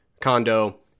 condo